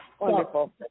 wonderful